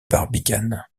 barbicane